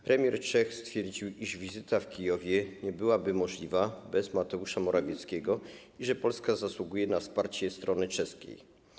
Premier Czech stwierdził, iż wizyta w Kijowie nie byłaby możliwa bez Mateusza Morawieckiego i że Polska zasługuje na wsparcie strony czeskiej.